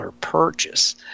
purchase